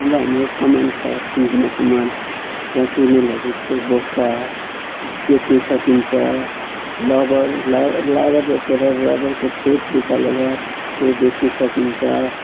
अब हाम्रो कमान छ सिन्कोना कमान त्यहाँ कुइनाइनहरूको बोक्रा बेच्न सकिन्छ लबर लाबर रोपेर रबरको चोप निकालेर त्यो बेच्न सकिन्छ